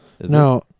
No